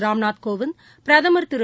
ராம்நாத் கோவிந்த பிரதமர் திரு